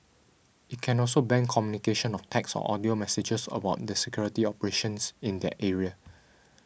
it can also ban communication of text or audio messages about the security operations in their area